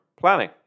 planning